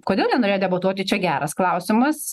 kodėl nenorėjo debatuoti čia geras klausimas